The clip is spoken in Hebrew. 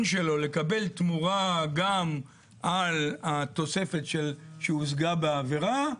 שלו לקבל תמורה גם על התוספת שהושגה בעבירה,